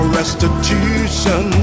restitution